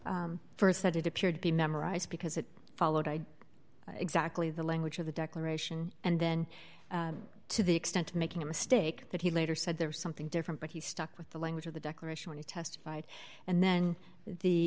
that first said it appeared to be memorized because it followed i exactly the language of the declaration and then to the extent of making a mistake that he later said there was something different but he stuck with the language of the declaration and testified and then the